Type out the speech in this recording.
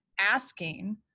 asking